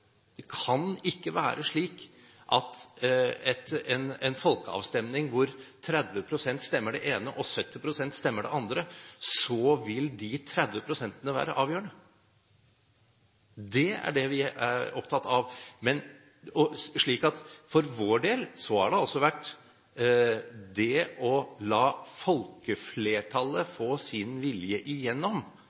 Det kan ikke være slik ved en folkeavstemning hvor 30 pst. stemmer det ene og 70 pst. stemmer det andre, at de 30 pst.-ene skal være avgjørende. Det er det vi er opptatt av. For vår del har det å la folkeflertallet få sin vilje